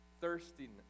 thirstiness